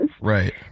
Right